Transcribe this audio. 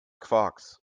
quarks